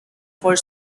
for